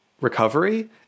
recovery